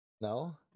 No